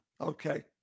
Okay